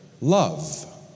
love